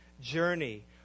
journey